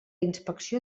inspecció